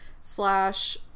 slash